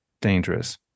dangerous